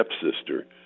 stepsister